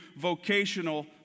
vocational